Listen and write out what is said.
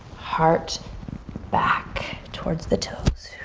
heart back towards the toes.